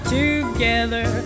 together